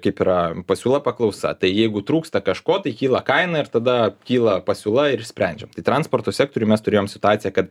kaip yra pasiūla paklausa tai jeigu trūksta kažko tai kyla kaina ir tada kyla pasiūla ir sprendžiam tai transporto sektoriui mes turėjom situaciją kad